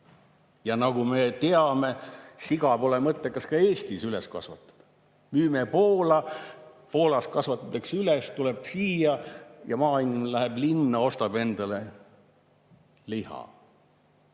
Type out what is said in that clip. Ja nagu me teame, siga pole mõttekas ka Eestis üles kasvatada. Müüme Poola, Poolas kasvatatakse üles, tuleb siia, siis maainimene läheb linna ja ostab endale liha.